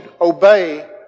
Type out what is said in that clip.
obey